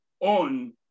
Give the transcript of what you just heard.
on